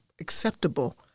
acceptable